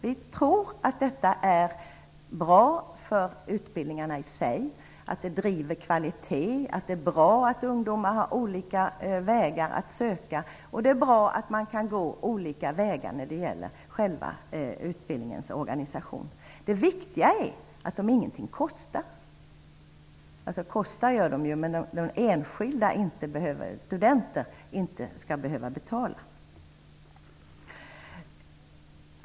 Vi tror att det är bra för utbildningarna i sig, det driver kvaliteten, det är bra att ungdomar får olika vägar att söka, det är bra att man kan gå olika vägar när det gäller själva utbildningens organisation. Det viktiga är att den enskilda studenten inte skall behöva betala.